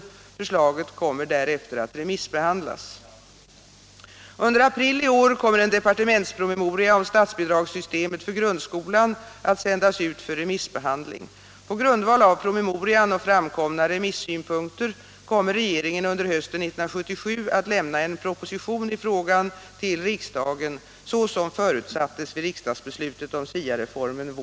Förslaget kommer 1 april 1977 därefter att remissbehandlas. —-— Under april i år kommer en departementspromemoria om statsbidrags Om förberedelsear systemet för grundskolan att sändas ut för remissbehandling. På grundval — betet för SIA-refor av promemorian och framkomna remissynpunkter kommer regeringen — men under hösten 1977 att lämna en proposition i frågan till riksdagen så